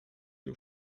you